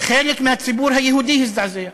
חלק מהציבור היהודי הזדעזע,